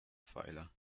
pfeiler